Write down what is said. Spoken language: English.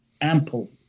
ample